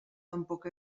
tampoc